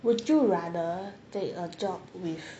would you rather take a job with